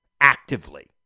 Actively